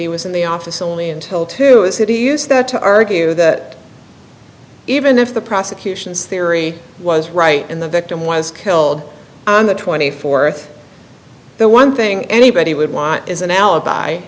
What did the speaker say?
he was in the office only until two a city use that to argue that even if the prosecution's theory was right and the victim was killed on the twenty fourth the one thing anybody would want is an alibi